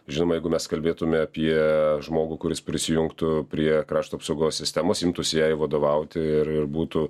žinoma jeigu mes kalbėtume apie žmogų kuris prisijungtų prie krašto apsaugos sistemos imtųsi jai vadovauti ir ir būtų